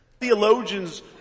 Theologians